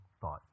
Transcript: thought